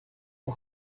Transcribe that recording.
uwo